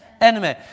enemy